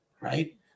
Right